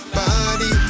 body